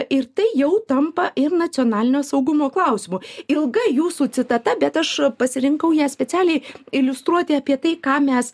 ir tai jau tampa ir nacionalinio saugumo klausimu ilga jūsų citata bet aš pasirinkau ją specialiai iliustruoti apie tai ką mes